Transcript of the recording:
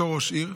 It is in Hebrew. בתור ראש עיר,